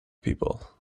people